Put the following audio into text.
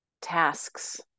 tasks